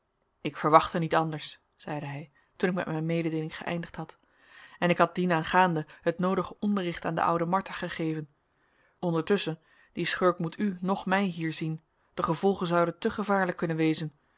ik verwachtte niet anders zeide hij toen ik met mijn mededeeling geëindigd had en ik had dienaangaande het noodige onderricht aan de oude martha gegeven ondertusschen die schurk moet u noch mij hier zien de gevolgen zouden te gevaarlijk kunnen wezen